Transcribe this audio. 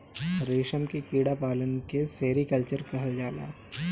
रेशम के कीड़ा पालन के सेरीकल्चर कहल जाला